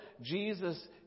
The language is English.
Jesus